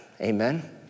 amen